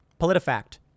Politifact